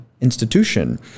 institution